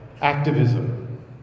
activism